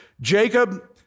Jacob